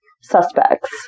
suspects